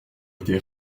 été